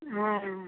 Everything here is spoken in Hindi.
हाँ